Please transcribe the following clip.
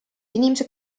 inimesed